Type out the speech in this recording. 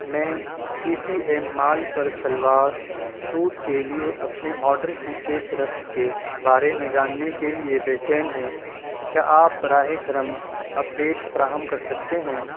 میں P T M mall پر shalwar suit کے لیے اپنے آرڈر کی پیش رفت کے بارے میں جاننے کے لیے بے چین ہوں کیا آپ براہ کرم اپڈیٹ فراہم کر سکتے ہیں